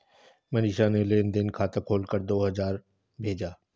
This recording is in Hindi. मनीषा ने लेन देन खाता खोलकर दो हजार भेजा